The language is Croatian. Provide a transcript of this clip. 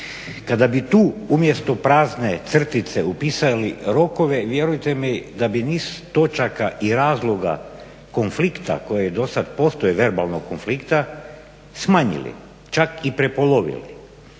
Kada bi tu umjesto prazne crtice upisali rokove vjerujte mi da bi niz točaka i razloga konflikata koji dosad postoje, verbalnog konflikta, smanjili čak i prepolovili.